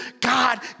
God